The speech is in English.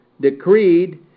decreed